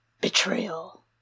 betrayal